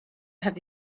have